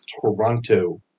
Toronto